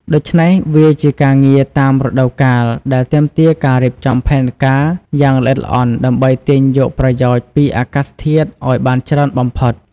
ដូច្នេះ វាជាការងារតាមរដូវកាលដែលទាមទារការរៀបចំផែនការយ៉ាងល្អិតល្អន់ដើម្បីទាញយកប្រយោជន៍ពីអាកាសធាតុឲ្យបានច្រើនបំផុត។